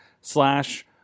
slash